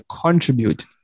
contribute